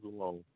alone